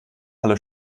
alle